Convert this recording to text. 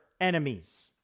enemies